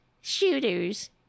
shooters